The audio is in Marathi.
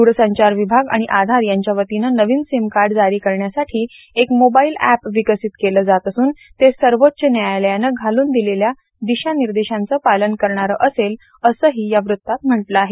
द्रसंचार विभाग आणि आधार यांच्या वतीनं नवीन सिम कार्ड जारी करण्यासाठी एक मोबाईल एप विकसित केलं जात असून ते सर्वोच्च न्यायालयानं घालून दिलेल्या दिशानिर्देशांचं पालन करणारं असेल असंही या वृत्तात म्हटलं आहे